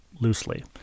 loosely